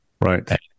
Right